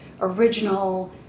original